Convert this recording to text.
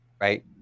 right